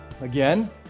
again